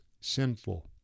sinful